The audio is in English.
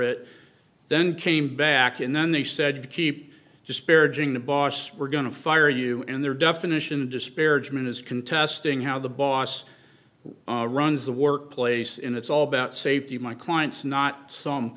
it then came back and then they said keep disparaging the boss we're going to fire you and their definition disparagement is contesting how the boss runs the workplace and it's all about safety my clients not some